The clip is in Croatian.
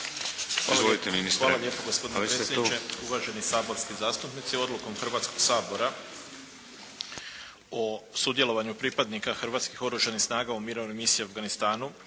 A već ste tu?/ … Uvaženi saborski zastupnici odlukom Hrvatskog sabora o sudjelovanju pripadnika hrvatskih oružanih snaga u mirovnoj misiji u Afganistanu